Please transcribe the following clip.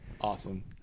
awesome